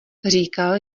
říkal